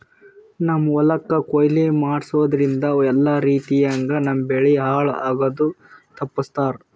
ನಮ್ಮ್ ಹೊಲಕ್ ಕೊಯ್ಲಿ ಮಾಡಸೂದ್ದ್ರಿಂದ ಎಲ್ಲಾ ರೀತಿಯಂಗ್ ನಮ್ ಬೆಳಿ ಹಾಳ್ ಆಗದು ತಪ್ಪಸ್ತಾರ್